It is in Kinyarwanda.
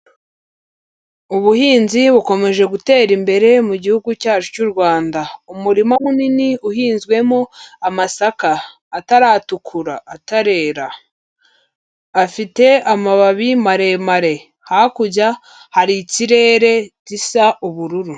Ubuhinzi bukomeje gutera imbere mu gihugu cyacu cy'u Rwanda, umurima munini uhinzwemo amasaka ataratukura atarera afite amababi maremare, hakurya hari ikirere gisa ubururu.